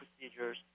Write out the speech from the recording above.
procedures